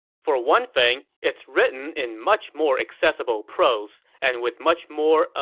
for one thing, it's written in much more accessible prose, and with much more, ah